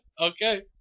Okay